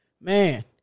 Man